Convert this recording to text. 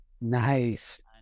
Nice